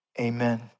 Amen